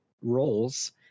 roles